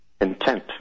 intent